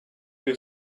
you